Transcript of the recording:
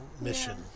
mission